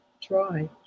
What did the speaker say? try